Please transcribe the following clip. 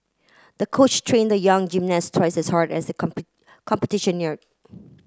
the coach trained the young gymnast twice as hard as the competition neared